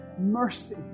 mercy